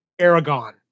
Aragon